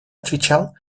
отвечал